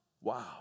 Wow